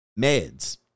meds